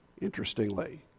interestingly